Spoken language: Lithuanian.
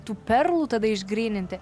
tų perlų tada išgryninti